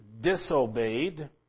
disobeyed